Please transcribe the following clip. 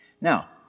Now